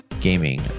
gaming